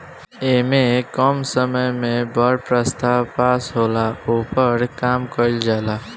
ऐमे कम समय मे बड़ प्रस्ताव पास होला, ओपर काम कइल जाला